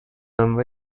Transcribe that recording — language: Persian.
انواع